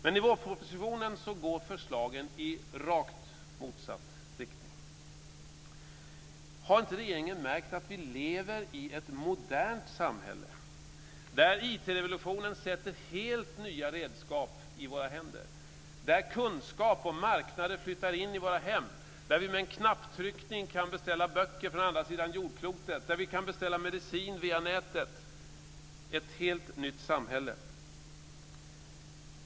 Men i vårpropositionen går förslagen i rakt motsatt riktning. Har inte regeringen märkt att vi lever i ett modernt samhälle där IT-revolutionen sätter helt nya redskap i våra händer, där kunskap och marknader flyttar in i våra hem och där vi med en knapptryckning kan beställa böcker från andra sidan jordklotet och beställa medicin via nätet - ett helt nytt samhälle?